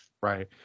right